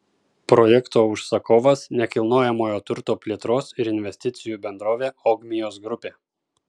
projekto užsakovas nekilnojamojo turto plėtros ir investicijų bendrovė ogmios grupė